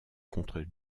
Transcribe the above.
contre